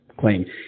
claim